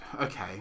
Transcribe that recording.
Okay